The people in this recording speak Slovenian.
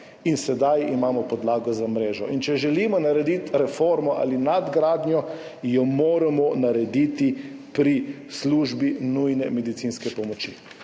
In sedaj imamo podlago za mrežo. Če želimo narediti reformo ali nadgradnjo, jo moramo narediti pri službi nujne medicinske pomoči.